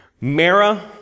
Mara